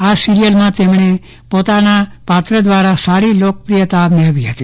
આ સિરીયમાં તેમણે પોતાના પાત્ર દ્વારા સારી લોકપ્રિયતા મેળવી હતી